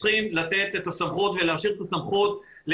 אני חושב שאתם צריכים לאפשר את מרב האפשרויות לרשות